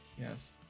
yes